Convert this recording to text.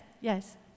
yes